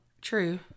True